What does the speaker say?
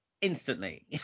instantly